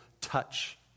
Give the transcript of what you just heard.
touch